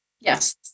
Yes